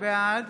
בעד